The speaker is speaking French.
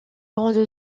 grande